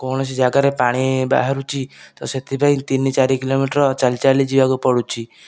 କୌଣସି ଜାଗାରେ ପାଣି ବାହାରୁଛି ତ ସେଥିପାଇଁ ତିନି ଚାରି କିଲୋମିଟର ଚାଲି ଚାଲି ଯିବାକୁ ପଡ଼ୁଛି